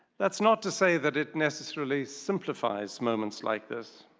that's not to say that it necessarily simplifies moments like this.